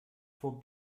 vor